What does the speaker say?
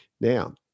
Now